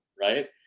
right